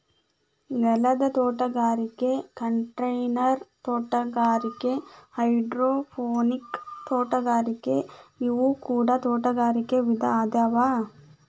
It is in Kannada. ನೆಲದ ತೋಟಗಾರಿಕೆ ಕಂಟೈನರ್ ತೋಟಗಾರಿಕೆ ಹೈಡ್ರೋಪೋನಿಕ್ ತೋಟಗಾರಿಕೆ ಇವು ಕೂಡ ತೋಟಗಾರಿಕೆ ವಿಧ ಆಗ್ಯಾವ